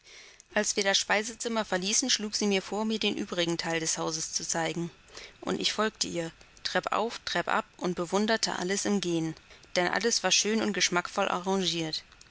als wir das speisezimmer verließen schlug sie mir vor mir den übrigen teil des hauses zu zeigen und ich folgte ihr treppauf treppab und bewunderte alles im gehen denn alles war schön und geschmackvoll